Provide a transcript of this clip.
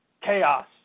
chaos